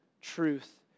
truth